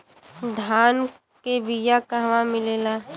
धान के बिया कहवा मिलेला?